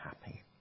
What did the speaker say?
happy